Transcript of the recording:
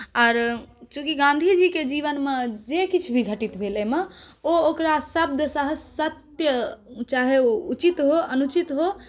आर चूँकि गाँधी जीके जीवनमे जे किछु भी घटित भेल एहिमे ओ ओकरा शब्दशः सत्य चाहे ओ उचित हो अनुचित हो